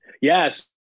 Yes